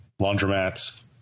laundromats